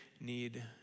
need